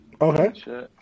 Okay